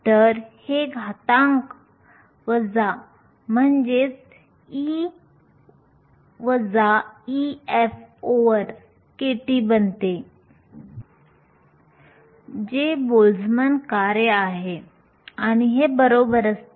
तर हे घातांक वजा E Ef ओव्हर kT बनते जे बोल्ट्झमन कार्य आहे आणि हे बरोबर असते